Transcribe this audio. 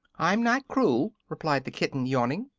i'm not cruel, replied the kitten, yawning.